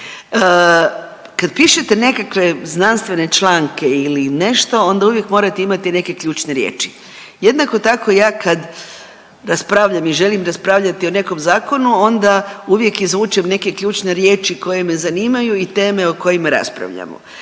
kada pišete nekakve znanstvene članke ili nešto onda uvijek morate imati neke ključne riječi. Jednako tako ja kada raspravljam i želim raspravljati o nekom zakonu onda uvijek izvučem neke ključne riječi koje me zanimaju i teme o kojima raspravljamo.